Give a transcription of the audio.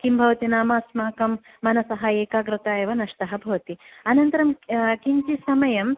किं भवति नाम अस्माकं मनसः एकाग्रता एव नष्टः भवति अनन्तरं किञ्च् किञ्चित् समयं